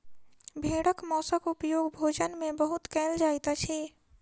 भेड़क मौंसक उपयोग भोजन में बहुत कयल जाइत अछि